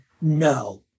no